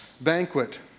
banquet